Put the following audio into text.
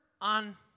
on